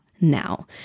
now